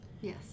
Yes